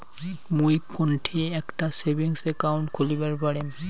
মুই কোনঠে একটা সেভিংস অ্যাকাউন্ট খুলিবার পারিম?